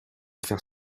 faire